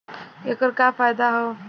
ऐकर का फायदा हव?